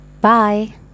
Bye